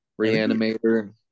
Reanimator